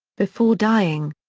before dying.